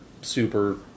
super